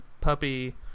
puppy